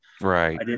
Right